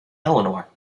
eleanor